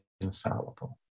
infallible